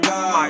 God